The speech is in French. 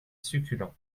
succulent